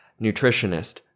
nutritionist